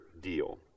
deal